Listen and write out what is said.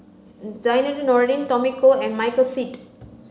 Zainudin Nordin Tommy Koh and Michael Seet